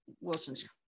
Wilson's